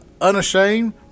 unashamed